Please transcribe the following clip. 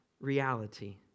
reality